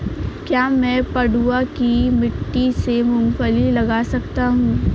क्या मैं पडुआ की मिट्टी में मूँगफली लगा सकता हूँ?